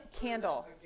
candle